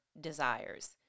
desires